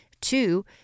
Two